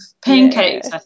pancakes